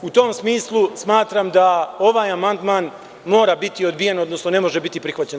U tom smislu smatram da ovaj amandman mora biti odbijen, odnosno ne može biti prihvaćen.